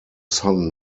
son